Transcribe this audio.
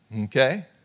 Okay